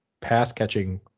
pass-catching